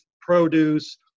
produce